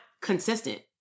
consistent